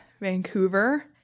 Vancouver